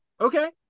okay